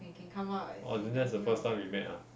orh then that's the first time we met ah